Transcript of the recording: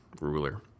ruler